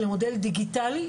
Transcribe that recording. למודל דיגיטלי,